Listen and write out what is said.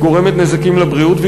היא גורמת נזקים לבריאות,